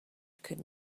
could